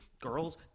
girls